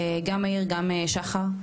גם מאיר וגם שחר,